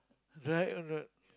right or not